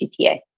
CPA